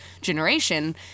generation